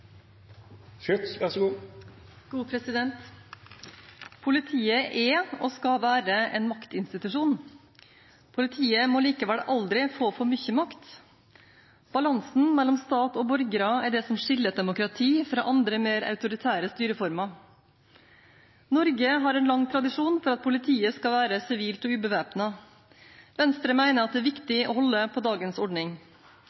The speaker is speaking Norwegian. og skal være en maktinstitusjon. Politiet må likevel aldri få for mye makt. Balansen mellom stat og borgere er det som skiller et demokrati fra andre, mer autoritære styreformer. Norge har en lang tradisjon for at politiet skal være sivilt og ubevæpnet. Venstre mener at det er